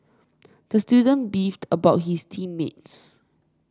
the student beefed about his team mates